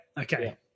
Okay